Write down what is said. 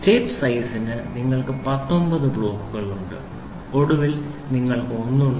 step സൈസിന് നിങ്ങൾക്ക് 19 ബ്ലോക്കുകളുണ്ട് ഒടുവിൽ നിങ്ങൾക്ക് 1 ഉണ്ട്